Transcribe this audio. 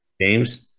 James